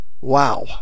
Wow